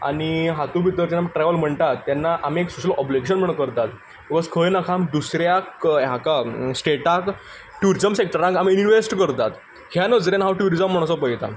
आनी हातूं भितर जेन्ना आमी ट्रॅव्हल म्हणटात तेन्ना आमी ऑब्लिगेशन म्हणून करतात बिकॉज खंय ना खंय आमी दुसऱ्याक हाका स्टॅटाक ट्युरिजम सॅक्टरांत आमी इन्वेस्ट करतात ह्या नजरेन हांव ट्युरिजम म्हूण असो पयतां